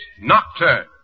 Nocturne